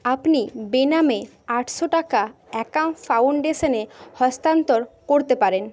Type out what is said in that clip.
আপনি বেনামে আটশো টাকা অ্যাকাম ফাউণ্ডেশানে হস্তান্তর করতে পারেন